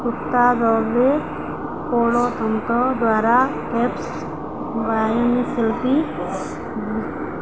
କୁତା ଜବେ ପୋଡ଼ତନ୍ତ ଦ୍ୱାରା କେପ୍ସ ବୟାନଶିଳ୍ପୀ